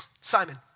Simon